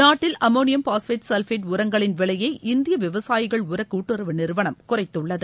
நாட்டில் ammonium phosphate sulphate உரங்களின் விலையை இந்திய விவசாயிகள் உரக் கூட்டுறவு நிறுவனம் குறைத்துள்ளது